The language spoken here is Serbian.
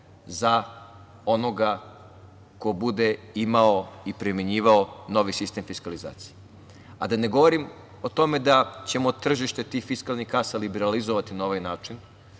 za onoga ko bude imao i primenjivao novi sistem fiskalizacije. Da ne govorim o tome da ćemo tržište tih fiskalnih kasa liberalizovati na ovaj način.